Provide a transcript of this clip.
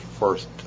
first